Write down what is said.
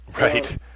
right